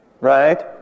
right